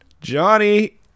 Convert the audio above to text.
johnny